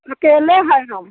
अकेले हैं हम